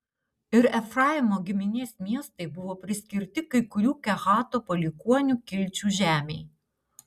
ir efraimo giminės miestai buvo priskirti kai kurių kehato palikuonių kilčių žemei